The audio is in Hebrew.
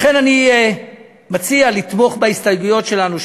לכן אני מציע לתמוך בהסתייגויות שלנו,